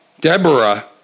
Deborah